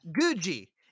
Gucci